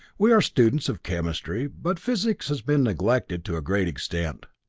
we are students of chemistry, but physics has been neglected to a great extent.